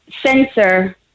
censor